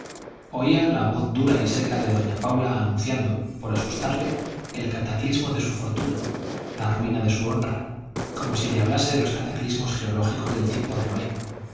hombros oía la voz dura y seca de doña paula anunciando por asustarle el cataclismo de su fortuna la ruina de su honra como si le hablase de los cataclismos geológicos del tiempo de noé